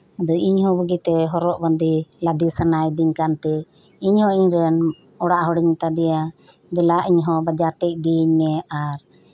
ᱟᱫᱚ ᱤᱧᱦᱚᱸ ᱵᱩᱜᱤᱛᱮ ᱦᱚᱨᱚᱜ ᱵᱟᱸᱫᱮ ᱞᱟᱫᱮ ᱥᱟᱱᱟᱭᱤᱫᱤᱧ ᱠᱟᱱ ᱛᱮ ᱤᱧᱦᱚᱸ ᱤᱧ ᱨᱮᱱ ᱚᱲᱟᱜ ᱦᱚᱲ ᱤᱧ ᱢᱮᱛᱟ ᱫᱮᱭᱟ ᱫᱮᱞᱟ ᱤᱧᱦᱚᱸ ᱵᱟᱡᱟᱨᱛᱮ ᱤᱫᱤᱭᱤᱧ ᱢᱮ ᱟᱨ